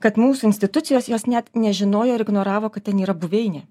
kad mūsų institucijos jos net nežinojo ir ignoravo kad ten yra buveinė